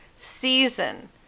season